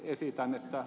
esitän että